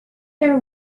their